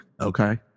Okay